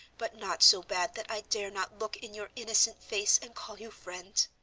but not so bad that i dare not look in your innocent face and call you friend.